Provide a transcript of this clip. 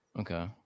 okay